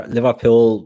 Liverpool